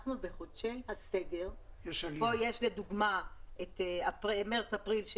בחודשי הסגר פה יש לדוגמה את חודשים מרס-אפריל,